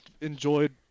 enjoyed